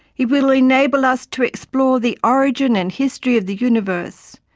it will enable us to explore the origin and history of the universe,